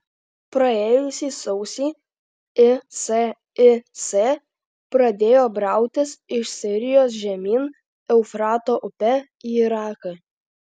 praėjusį sausį isis pradėjo brautis iš sirijos žemyn eufrato upe į iraką